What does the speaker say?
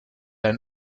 ein